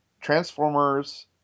Transformers